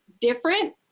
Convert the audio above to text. different